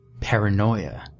Paranoia